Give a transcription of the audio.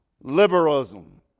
liberalism